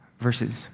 verses